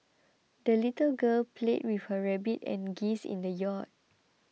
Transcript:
the little girl played with her rabbit and geese in the yard